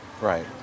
right